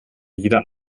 jeder